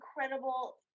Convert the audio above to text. incredible